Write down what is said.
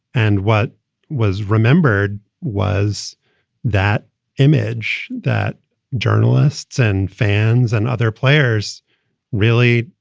and what was remembered was that image that journalists and fans and other players really,